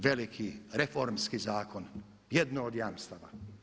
Veliki reformski zakon, jedno od jamstava.